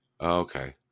okay